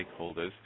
stakeholders